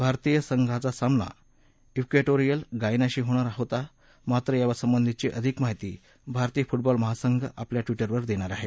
भारतीय संघाचा सामना िवेंटोरियल गायनाशी होणार आहे मात्र यासंबंधीची अधिक माहिती फुटबॉल महासंघ आपल्या ट्विटरवर देणार आहे